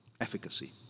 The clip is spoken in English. efficacy